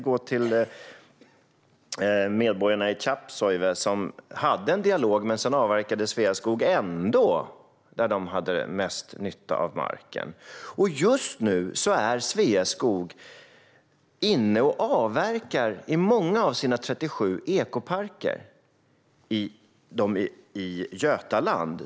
Exempelvis medborgarna i Tjappsåive hade en dialog, men sedan avverkade Sveaskog ändå där de hade mest nytta av marken. Just nu avverkar Sveaskog i många av sina 37 ekoparker i Götaland.